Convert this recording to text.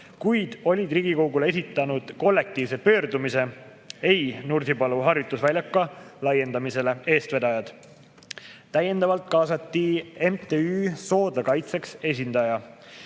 kes olid Riigikogule esitanud kollektiivse pöördumise "Ei Nursipalu harjutusväljaku laiendamisele!" eestvedajad. Täiendavalt kaasati MTÜ Soodla Kaitseks esindaja.